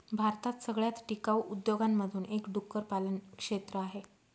भारतात सगळ्यात टिकाऊ उद्योगांमधून एक डुक्कर पालन क्षेत्र आहे